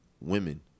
Women